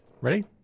Ready